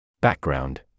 Background